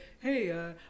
hey